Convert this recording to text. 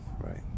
right